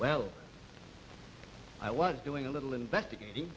well i was doing a little investigating